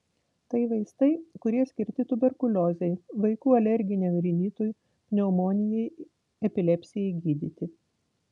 tai vaistai kurie skirti tuberkuliozei vaikų alerginiam rinitui pneumonijai epilepsijai gydyti